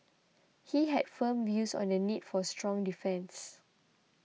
he had firm views on the need for a strong defence